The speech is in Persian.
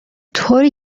طوری